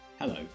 Hello